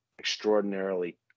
extraordinarily